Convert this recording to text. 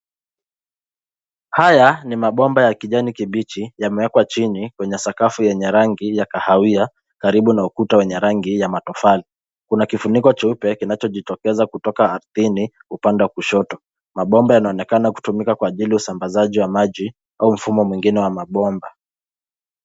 Haya ni mabomba ya kijani kibichi, yamewekwa chini kwenye sakafu yenye rangi ya kahawia karibu na ukuta wenye rangi ya matofali. Kuna kifiniko cheupe kinacho jitokeza kutoka ardhini upande wa kushoto. Mabomba yanaonekana kutumika kwa ajili ya usambazaji wa maji au mfumo mengine wa mabomba.